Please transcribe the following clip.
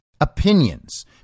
opinions